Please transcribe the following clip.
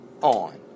on